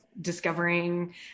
discovering